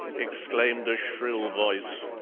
exclaimed a shrill voice.